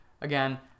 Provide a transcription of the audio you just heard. again